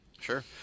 Sure